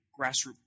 grassroots